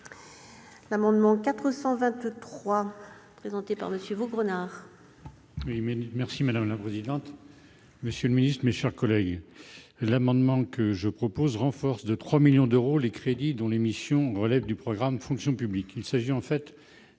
L'amendement n° II-423, présenté par M. Vaugrenard,